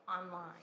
online